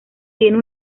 tiene